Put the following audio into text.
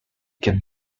can